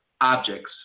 objects